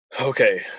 Okay